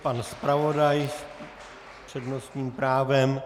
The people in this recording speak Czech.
Pan zpravodaj s přednostním právem.